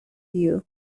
you